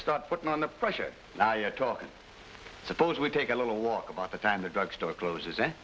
start putting on the pressure now you're talking suppose we take a little walk about the time the drug store closes